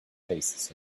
paces